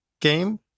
game